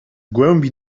głębi